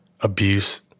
abuse